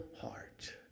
heart